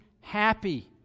happy